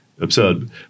absurd